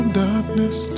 darkness